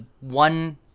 one